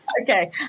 Okay